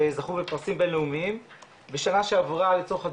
וזכו בפרסים בינלאומיים ושנה שעברה לצורך הדוגמא,